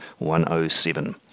107